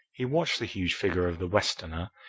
he watched the huge figure of the westerner,